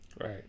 Right